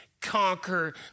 conquer